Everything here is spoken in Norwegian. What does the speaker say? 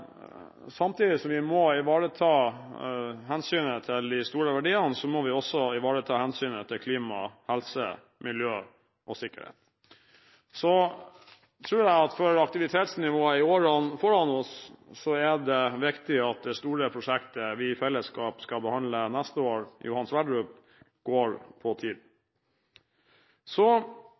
Samtidig som vi må ivareta hensynet til de store verdiene, må vi også ivareta hensynet til klima, helse, miljø og sikkerhet. Så tror jeg at for aktivitetsnivået i årene framfor oss er det viktig at det store prosjektet vi i fellesskap skal behandle neste år, Johan Sverdrup, går på tid.